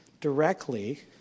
directly